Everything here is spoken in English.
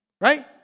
Right